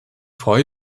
freue